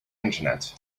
internet